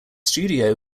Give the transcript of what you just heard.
studio